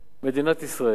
מדינת ישראל צולחת.